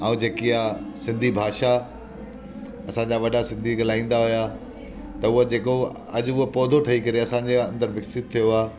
ऐं जेकी आहे सिंधी भाषा असांजा वॾा सिंधी ॻाल्हाईंदा हुआ त उहो जेको अॼु उहो पौधो ठही करे असांजे अंदरु विकसित थियो आहे